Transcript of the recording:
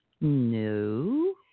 No